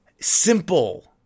simple